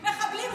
מחבלים.